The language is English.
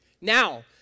Now